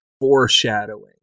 Foreshadowing